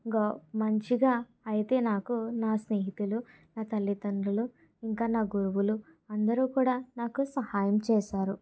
go మంచిగా అయితే నాకు నా స్నేహితులు నా తల్లిదండ్రులు ఇంకా నా గురువులు అందరూ కూడా నాకు సహాయం చేశారు